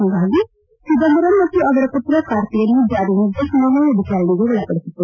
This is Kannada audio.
ಹೀಗಾಗಿ ಚಿದಂಬರಂ ಮತ್ತು ಅವರ ಮತ್ರ ಕಾರ್ತೀಯನ್ನು ಜಾರಿ ನಿರ್ದೇಶನಾಲಯ ವಿಚಾರಣೆಗೆ ಒಳಪಡಿಸಿತ್ತು